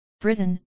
Britain